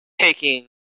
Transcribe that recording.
taking